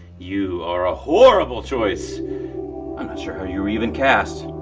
you are a horrible choice. i'm not sure how you were even cast.